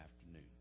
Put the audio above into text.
afternoon